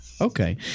Okay